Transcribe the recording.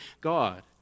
God